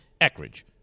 Eckridge